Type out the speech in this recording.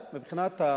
גמרת את מה